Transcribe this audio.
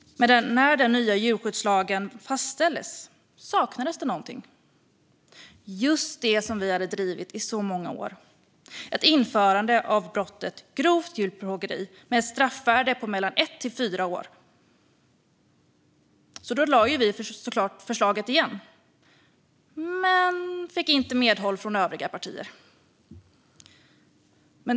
När den nya djurskyddslagen fastställdes saknades det någonting, nämligen just det vi hade drivit i så många år: ett införande av brottet grovt djurplågeri med ett straffvärde på mellan ett och fyra år. Självklart lade vi fram förslaget igen, men vi fick inte medhåll från övriga partier.